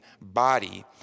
body